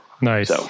Nice